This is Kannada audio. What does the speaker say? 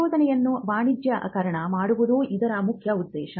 ಸಂಶೋಧನೆಯನ್ನು ವಾಣಿಜ್ಯೀಕರಣ ಮಾಡುವುದು ಇದರ ಮುಖ್ಯ ಉದ್ದೇಶ